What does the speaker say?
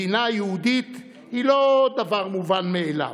מדינה יהודית היא לא דבר מובן מאליו.